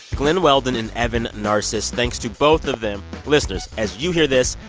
glen weldon and evan narcisse, thanks to both of them. listeners, as you hear this,